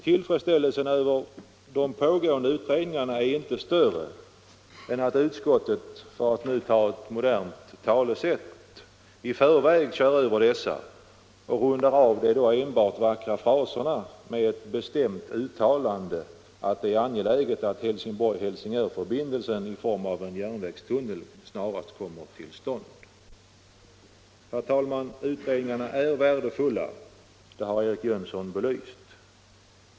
Tillfredsställelsen över pågående utredningar är inte större än att utskottet, för att nu ta ett modernt talesätt, i förväg kör över dessa och rundar av de då enbart vackra fraserna med ett bestämt uttalande, att det är angeläget att Helsingborg-Helsingörförbindelsen i form av en järnvägstunnel snarast kommer till stånd. Herr talman! Utredningarna är värdefulla, vilket här har belysts av herr Jönsson.